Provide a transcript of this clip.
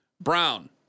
Brown